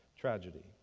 tragedy